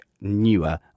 newer